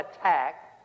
attack